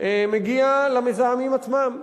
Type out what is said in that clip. מגיע למזהמים עצמם.